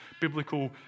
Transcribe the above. biblical